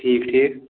ٹھیٖک ٹھیٖک